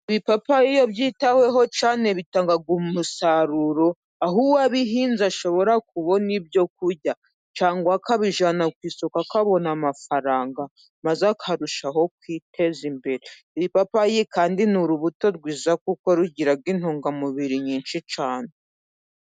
Ibipapayi iyo byitaweho cyane bitanga umusaruro, aho uwabihinzie ashobora kubona ibyo kurya cyangwa akabijyana ku isoko akabona amafaranga maze akarushaho kwiteza imbere. Ipapayi kandi ni urubuto rwiza kuko rugira intungamubiri nyinshi cyane.